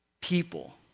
people